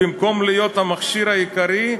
במקום להיות המכשיר העיקרי,